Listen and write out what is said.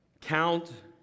count